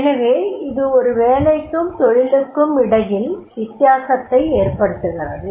எனவே இது ஒரு வேலைக்கும் தொழிலுக்கும் இடையில் வித்தியாசத்தை ஏற்படுத்துகிறது